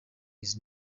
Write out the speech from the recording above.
his